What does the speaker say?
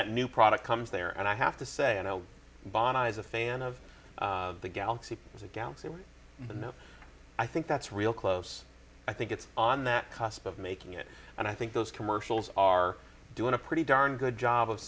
that new product comes there and i have to say i know bond i's a fan of the galaxy as a galaxy but i think that's real close i think it's on that cusp of making it and i think those commercials are doing a pretty darn good job of